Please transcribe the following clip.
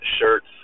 shirts